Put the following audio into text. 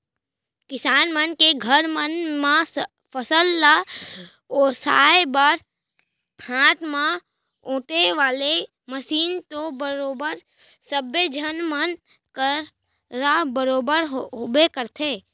किसान मन के घर मन म फसल ल ओसाय बर हाथ म ओेटे वाले मसीन तो बरोबर सब्बे झन मन करा बरोबर होबे करथे